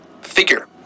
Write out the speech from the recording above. figure